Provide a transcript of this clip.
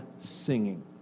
singing